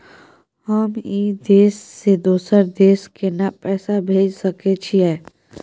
हम ई देश से दोसर देश केना पैसा भेज सके छिए?